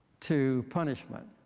to punishment.